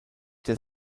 der